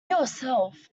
yourself